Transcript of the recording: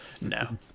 No